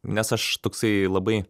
nes aš toksai labai